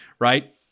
right